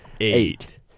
eight